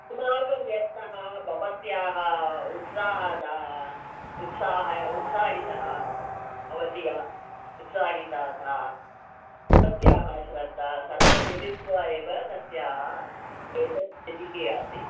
अस्माकं यत्नः भवत्याः उत्साहदा उत्साह उत्साहितः भवत्या उत्साहिता सा तस्याः श्रद्धा सर्वं मिलित्वा एव तस्याः एतत् स्थितिः असीत्